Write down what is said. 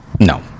No